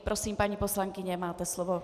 Prosím, paní poslankyně, máte slovo.